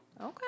Okay